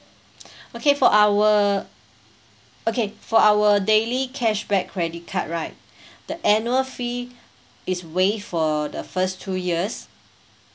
okay for our okay for our daily cashback credit card right the annual fee is waive for the first two years